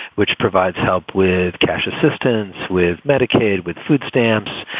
which provides help with cash assistance, with medicaid, with food stamps,